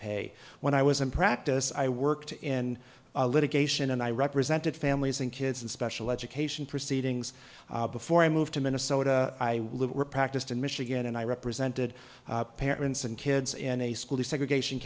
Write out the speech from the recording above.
pay when i was in practice i worked in litigation and i represented families and kids in special education proceedings before i moved to minnesota i lived were practiced in michigan and i represented parents and kids in a school desegregation